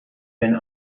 been